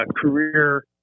career